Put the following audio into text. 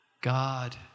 God